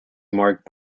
marked